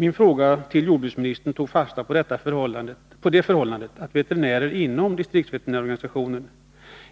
Min fråga till jordbruksministern tog fasta på det förhållandet att veterinärer inom distriktsveterinärorganisationen